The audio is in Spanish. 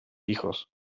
hijos